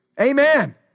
Amen